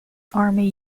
army